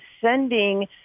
sending